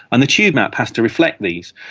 and the tube map has to reflect these,